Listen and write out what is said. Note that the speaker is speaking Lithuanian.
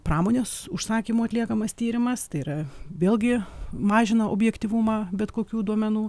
pramonės užsakymu atliekamas tyrimas tai yra vėlgi mažina objektyvumą bet kokių duomenų